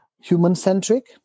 human-centric